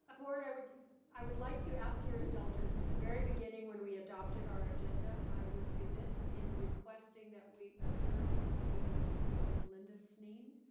ah board, i would i would like to ask your indulgence. at the very beginning when we adopted our agenda i was remiss in requesting that we adjourn this meeting in the name of linda sneen,